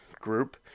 group